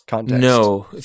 No